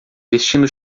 vestindo